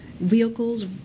vehicles